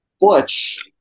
Butch